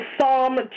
psalm